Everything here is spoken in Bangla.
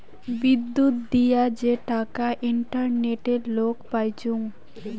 বিদ্যুত দিয়া যে টাকা ইন্টারনেটে লোক পাইচুঙ